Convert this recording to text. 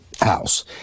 House